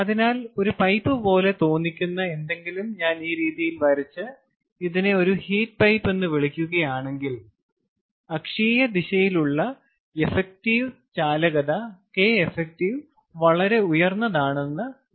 അതിനാൽ ഒരു പൈപ്പ് പോലെ തോന്നിക്കുന്ന എന്തെങ്കിലും ഞാൻ ഈ രീതിയിൽ വരച്ച് ഇതിനെ ഒരു ഹീറ്റ് പൈപ്പ് എന്ന് വിളിക്കുകയാണെങ്കിൽ അക്ഷീയ ദിശയിലുള്ള എഫക്റ്റീവ് ചാലകത K എഫക്റ്റീവ് വളരെ ഉയർന്നതാണെന്ന് നമുക്ക് പറയാം